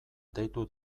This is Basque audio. deitu